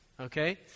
okay